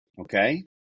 Okay